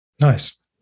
Nice